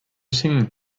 singing